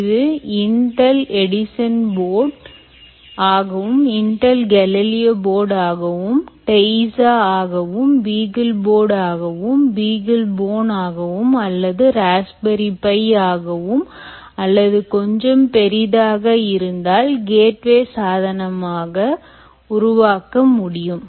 இது Intel Edison board ஆகவும் Intel Galileo boardஆகவும் teiza ஆகவும் beagleboardஆகவும் beaglebone ஆகவும் அல்லது raspberry pi ஆகவும் அல்லது கொஞ்சம் பெரியதாக இருந்தால் கேட்வே சாதனமாக உருவாக்க முடியும்